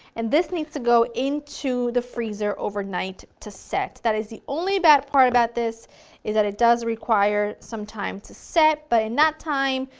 and this needs to go into the freezer overnight to set, that is the only bad part about this is that it does require some time to set, but in that time,